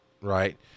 right